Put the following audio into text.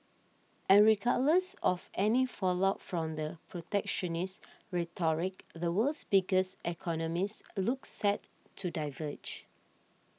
and regardless of any fallout from the protectionist rhetoric the world's biggest economies look set to diverge